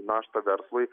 naštą verslui